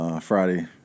Friday